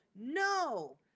no